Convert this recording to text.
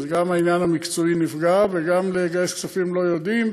ואז גם העניין המקצועי נפגע וגם לגייס כספים לא יודעים,